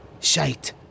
Shite